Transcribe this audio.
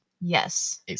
Yes